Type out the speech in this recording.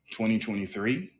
2023